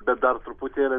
bet dar truputėlį